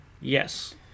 yes